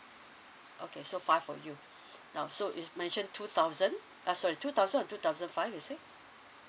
okay so five of you now so it's mentioned two thousand uh sorry two thousand or two thousand five you said